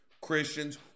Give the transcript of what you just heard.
Christians